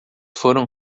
foram